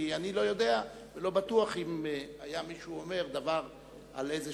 כי אני לא יודע ולא בטוח שאם היה מישהו אומר דבר על איזו